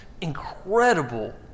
incredible